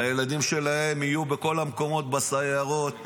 הילדים שלהם יהיו בכל המקומות, בסיירות.